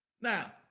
Now